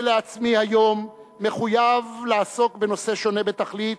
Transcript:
עצמי היום מחויב לעסוק בנושא שונה בתכלית,